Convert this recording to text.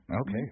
Okay